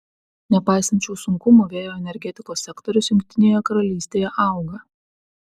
nepaisant šių sunkumų vėjo energetikos sektorius jungtinėje karalystėje auga